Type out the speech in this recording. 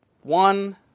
One